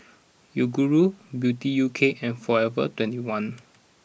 Yoguru Beauty U K and Forever twenty one